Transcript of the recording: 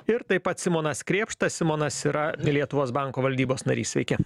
ir taip pat simonas krėpšta simonas yra lietuvos banko valdybos narys sveiki